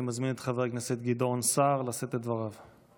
אני מזמין את חבר הכנסת גדעון סער לשאת את דבריו.